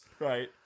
Right